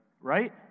right